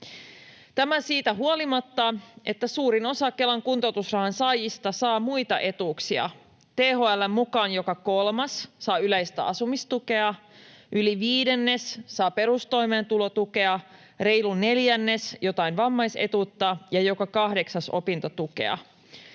Tämä siitä huolimatta, että suurin osa Kelan kuntoutusrahan saajista saa muita etuuksia. THL:n mukaan joka kolmas saa yleistä asumistukea, yli viidennes saa perustoimeentulotukea, reilu neljännes jotain vammaisetuutta ja joka kahdeksas opintotukea.